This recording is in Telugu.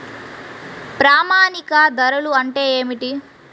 ప్రామాణిక ధరలు అంటే ఏమిటీ?